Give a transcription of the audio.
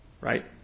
right